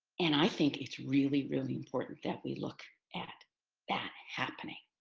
and i think it's really, really important that we look at that happening.